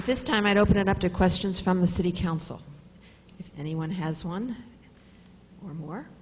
at this time and open up to questions from the city council anyone has one or